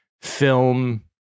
film